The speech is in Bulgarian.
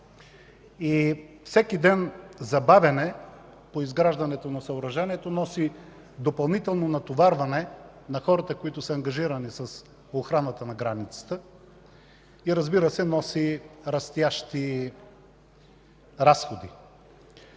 и всеки ден забавяне по изграждането на съоръжението носи допълнително натоварване на хората, които са ангажирани с охраната на границата и, разбира се, носи растящи разходи.